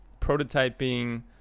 prototyping